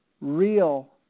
real